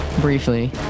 briefly